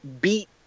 beat